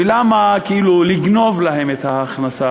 ולמה כאילו לגנוב להן את ההכנסה